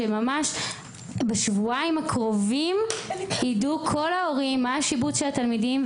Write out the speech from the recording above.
ממש בשבועיים הקרובים שידעו כל ההורים מה השיבוץ של התלמידים,